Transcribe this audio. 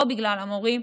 לא בגלל המורים,